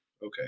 Okay